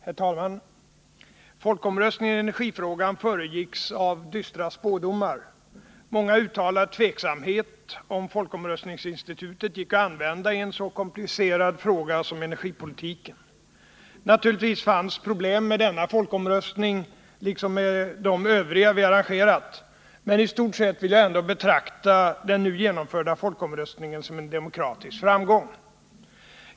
Herr talman! Folkomröstningen i energifrågan föregicks av dystra spådomar. Många uttalade tveksamhet om folkomröstningsinstitutet gick att använda i en så komplicerad fråga som frågan om energipolitiken. Naturligtvis fanns problem med denna folkomröstning — liksom med de Övriga vi har arrangerat — men i stort sett vill jag ändå betrakta den nu genomförda folkomröstningen som en demokratisk framgång.